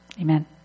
Amen